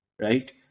right